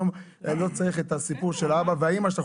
אני לא צריך את הסיפור של אבא ואימא שאנחנו